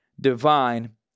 divine